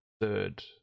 third